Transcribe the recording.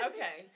Okay